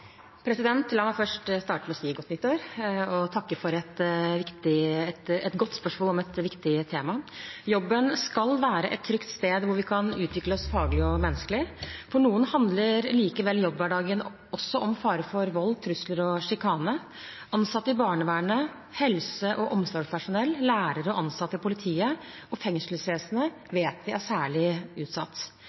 La meg starte med å si godt nyttår og takke for et godt spørsmål om et viktig tema. Jobben skal være et trygt sted, der vi kan utvikle oss faglig og menneskelig. For noen handler likevel jobbhverdagen også om fare for vold, trusler og sjikane. Ansatte i barnevernet, helse- og omsorgspersonell, lærere og ansatte i politiet og fengselsvesenet vet vi er særlig utsatt.